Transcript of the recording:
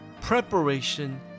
Preparation